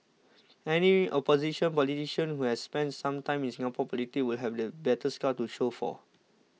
any opposition politician who has spent some time in Singapore politics will have the battle scars to show for